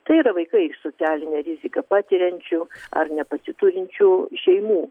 tai yra vaikai socialinę riziką patiriančių ar nepasiturinčių šeimų